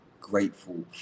grateful